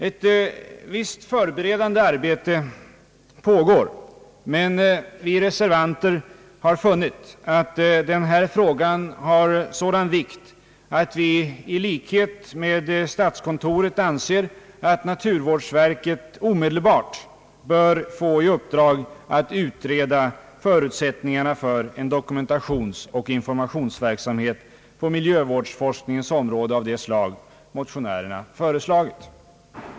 Ett visst förberedande arbete pågår, men vi reservanter har funnit att den här frågan har sådan vikt, att vi i likhet med statskontoret anser att naturvårdsverket omedelbart bör få i uppdrag att utreda förutsättningarna för en dokumentationsoch informationsverksamhet på miljövårdsforskningens område av det slag motionärerna föreslagit.